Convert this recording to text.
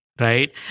right